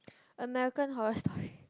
American-Horror-Story